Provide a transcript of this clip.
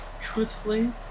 truthfully